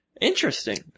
Interesting